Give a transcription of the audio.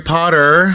Potter